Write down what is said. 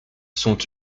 sont